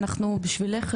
אנחנו בשבילך,